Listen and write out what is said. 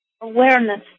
awareness